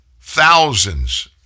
thousands